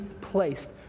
placed